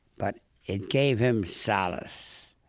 but it gave him solace.